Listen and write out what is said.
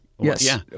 yes